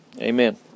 amen